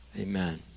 Amen